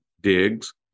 digs